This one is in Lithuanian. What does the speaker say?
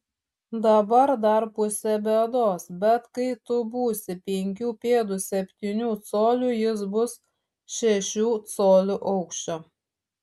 dabar dar pusė bėdos bet kai tu būsi penkių pėdų septynių colių jis bus šešių colių aukščio